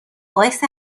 باعث